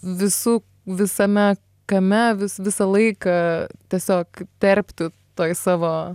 visu visame kame vis visą laiką tiesiog terpti toj savo